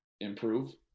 improve